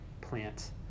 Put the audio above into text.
plant